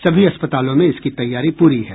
सभी अस्पतालों में इसकी तैयारी पूरी है